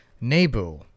Nebu